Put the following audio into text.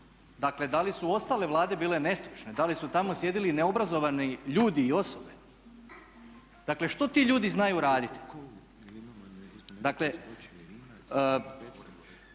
Dakle, da li su ostale Vlade bile nestručne, da li su tamo sjedili neobrazovani ljudi i osobe. Dakle, što ti ljudi znaju raditi? Dakle,